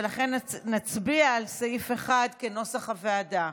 לכן נצביע על סעיף 1 כנוסח הוועדה.